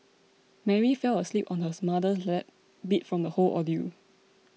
Mary fell asleep on her mother's lap beat from the whole ordeal